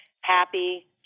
happy